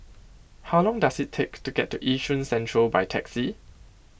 how long does it take to get to Yishun Central by taxi